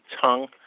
tongue